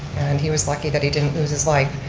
and he was lucky that he didn't lose his life.